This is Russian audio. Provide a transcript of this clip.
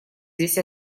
здесь